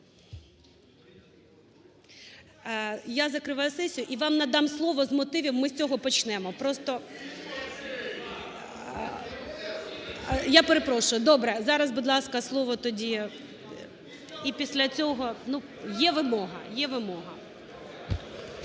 Я закриваю сесію. І вам надам слово з мотивів. Ми з цього почнемо. Я перепрошую, добре. Зараз, будь ласка, слово тоді. І після цього, ну, є вимога,